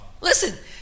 Listen